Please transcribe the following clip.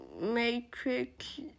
matrix